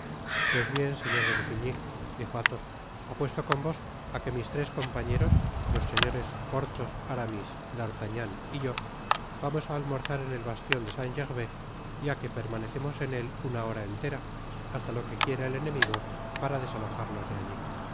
pues bien señor de busiñy dijo athos apuesto con vos á que mis tres compañeros los señores porthos aramis d'artagnan y yo vamos á almorzar en el bastion de saint gerváis y á que permanecemos en él una hora entera haga lo que quiera el enemigo para desalojarnos de alli porthos y